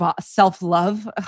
self-love